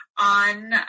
on